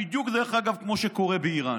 בדיוק, דרך אגב, כמו שקורה באיראן.